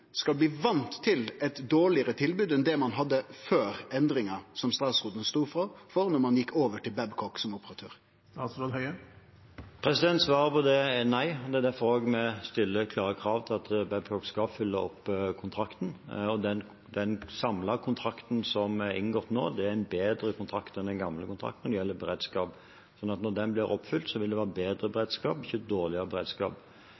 skal bli vande til eit dårlegare tilbod enn det ein hadde før endringa som statsråden stod for, da ein gjekk over til Babcock som operatør? Svaret på det er nei. Det er derfor vi stiller klare krav til at Babcock skal oppfylle kontrakten, og den samlede kontrakten som er inngått nå, er en bedre kontrakt enn den gamle kontrakten når det gjelder beredskap. Når kontrakten blir oppfylt, vil det være bedre beredskap